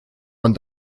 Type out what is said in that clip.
man